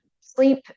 sleep